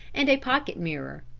and a pocket mirror.